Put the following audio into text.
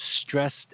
stressed